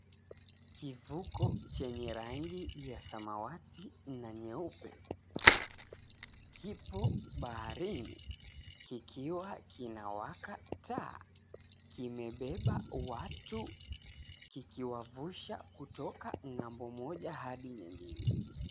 Kivuko chenye rangi ya samawati na nyeupe, kipo baharini, kikiwa kinawaka taa. Kimebeba watu kikiwavusha kutoka ng'ambo moja hadi nyingine.